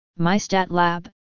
MyStatLab